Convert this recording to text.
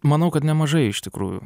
manau kad nemažai iš tikrųjų